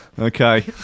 Okay